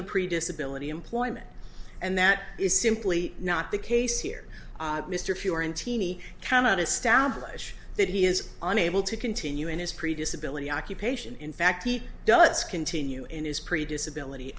the previous ability employment and that is simply not the case here mr fewer in teeny cannot establish that he is unable to continue in his previous ability occupation in fact he does continue in his pretty disability